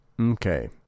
okay